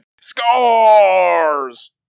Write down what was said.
SCARS